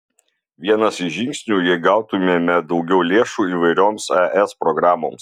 vienas iš žingsnių jei gautumėme daugiau lėšų įvairioms es programoms